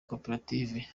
koperative